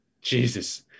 Jesus